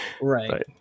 Right